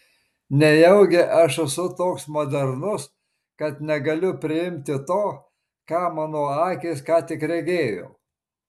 nejaugi aš esu toks modernus kad negaliu priimti to ką mano akys ką tik regėjo